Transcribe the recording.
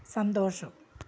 സന്തോഷം